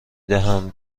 دهم